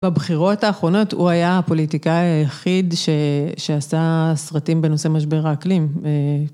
בבחירות האחרונות הוא היה הפוליטיקאי היחיד שעשה סרטים בנושא משבר האקלים.